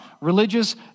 religious